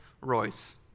Royce